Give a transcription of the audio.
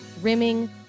rimming